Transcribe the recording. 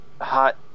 hot